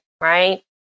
right